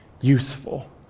useful